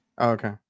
Okay